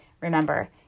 Remember